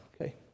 okay